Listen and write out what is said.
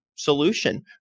solution